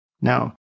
Now